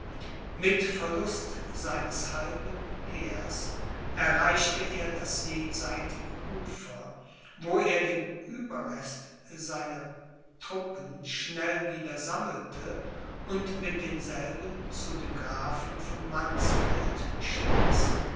mit verlust seines halben heers erreichte er das jenseitige ufer wo er den ueberrest seiner treppen schnell wieder sammelte und mit demselben zu dem grafen von mannsfeld stieß